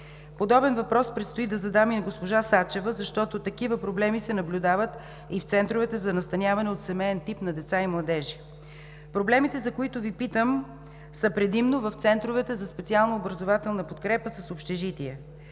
Подобен въпрос предстои да задам и на госпожа Сачева, защото такива проблеми се наблюдават и в центровете за настаняване от семеен тип на деца и младежи. Проблемите, за които Ви питам, са предимно в центровете за специална образователна подкрепа с общежития.